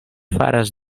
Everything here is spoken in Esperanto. faras